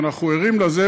אנחנו ערים לזה,